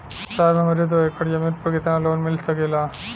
साहब हमरे दो एकड़ जमीन पर कितनालोन मिल सकेला?